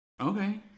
Okay